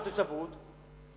יש לו תושבות,